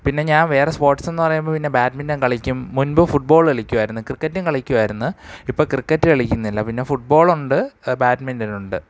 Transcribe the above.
പിന്നെ ഞാൻ വേറെ സ്പോർട്സെന്ന് പറയുമ്പോള് പിന്നെ ബാഡ്മിൻറൺ കളിക്കും മുൻപ് ഫുട് ബോള് കളിക്കുമായിരുന്നു ക്രിക്കറ്റും കളിക്കുമായിരുന്നു ഇപ്പോള് ക്രിക്കറ്റ് കളിക്കുന്നില്ല പിന്നെ ഫുട് ബോൾ ഉണ്ട് ബാഡ്മിൻറൺ ഉണ്ട്